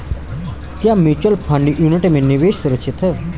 क्या mutual fund unit में निवेश सुरक्षित है?